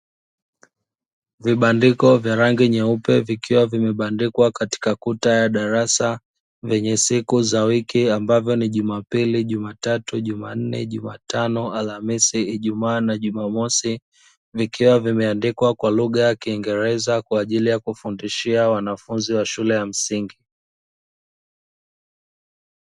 Vibandiko vya rangi nyeupe vikiwa vimebandikwa katika kuta ya darasa vyenye siku za wiki ambazo ni: Jumapili, Jumatatu, Jumanne, Jumatano, Alhamisi, Ijumaa na Jumamosi vikiwa vimeandikwa kwa lugha ya kiingereza kwa ajili ya kufundishia wanafunzi wa shule ya msingi.